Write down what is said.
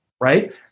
right